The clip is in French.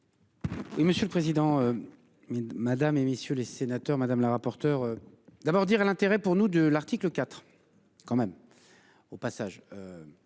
Oui, monsieur le Président. Madame et messieurs les sénateurs, madame la rapporteure. D'abord dire l'intérêt pour nous de l'article IV quand même. Au passage.